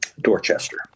Dorchester